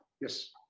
Yes